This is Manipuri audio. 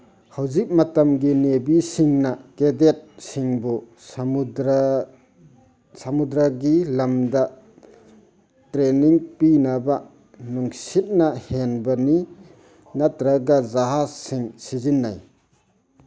ꯍꯧꯖꯤꯛ ꯃꯇꯝꯒꯤ ꯅꯦꯚꯤꯁꯤꯡꯅ ꯀꯦꯗꯦꯠꯁꯤꯡꯕꯨ ꯁꯃꯨꯗ꯭ꯔꯒꯤ ꯂꯝꯗ ꯇ꯭ꯔꯦꯅꯤꯡ ꯄꯤꯅꯕ ꯅꯨꯡꯁꯤꯠꯅ ꯍꯦꯟꯕꯅꯤ ꯅꯠꯇ꯭ꯔꯒ ꯖꯍꯥꯖꯁꯤꯡ ꯁꯤꯖꯤꯟꯅꯩ